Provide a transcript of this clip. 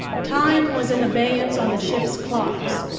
time was in abeyance on the ship's clocks.